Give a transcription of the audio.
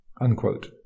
unquote